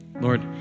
Lord